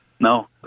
No